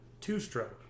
two-stroke